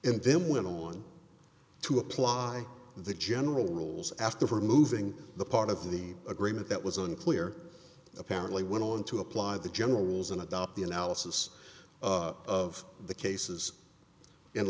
and then went on to apply the general rules after removing the part of the agreement that was unclear apparently went on to apply the general rules and adopt the analysis of the cases in